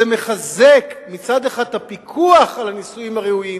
זה מחזק מצד אחד את הפיקוח על הנישואים הראויים,